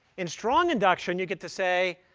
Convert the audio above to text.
in strong induction, you get to say,